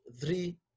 three